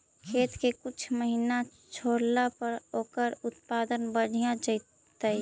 खेत के कुछ महिना छोड़ला पर ओकर उत्पादन बढ़िया जैतइ?